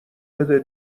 بده